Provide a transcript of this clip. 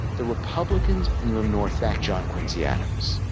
the republicans in the north back john quincy adams.